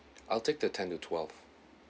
I'll take the ten to twelve